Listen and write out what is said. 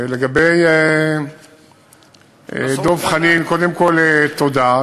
לגבי דב חנין, קודם כול תודה.